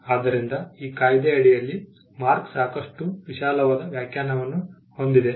ಆದ್ದರಿಂದ ಈ ಕಾಯ್ದೆ ಅಡಿಯಲ್ಲಿ ಮಾರ್ಕ್ ಸಾಕಷ್ಟು ವಿಶಾಲವಾದ ವ್ಯಾಖ್ಯಾನವನ್ನು ಹೊಂದಿದೆ